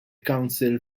council